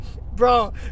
bro